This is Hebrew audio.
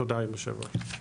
תודה יושב הראש.